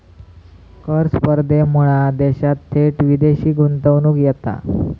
कर स्पर्धेमुळा देशात थेट विदेशी गुंतवणूक येता